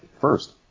First